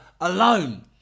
alone